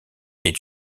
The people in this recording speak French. est